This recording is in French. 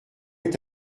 est